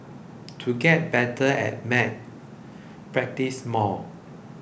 to get better at maths practise more